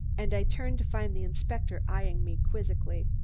and i turned to find the inspector eying me quizzically.